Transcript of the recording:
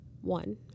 One